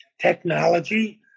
technology